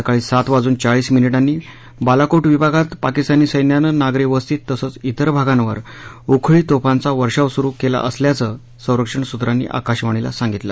सकाळी सात वाजून चाळीस मिनिटांनी बालाकोट विभागात पाकिस्तानी सैन्याने नागरी वस्ती तसंच इतर भागांवर उखळी तोफांचा वर्षाव सुरु केला असल्याचं संरक्षण सूत्रांनी आकाशवाणीला सांगितलं